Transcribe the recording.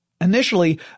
Initially